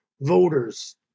voters